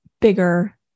bigger